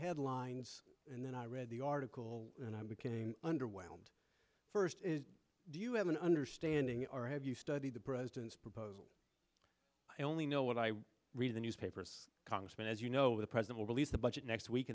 headlines and then i read the article and i became underwhelmed first do you have an understanding or have you studied the president's proposal i only know what i read the newspapers congressman as you know the president will release the budget next week